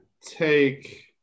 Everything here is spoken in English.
take